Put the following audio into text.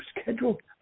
scheduled